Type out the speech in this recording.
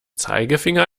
zeigefinder